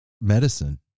medicine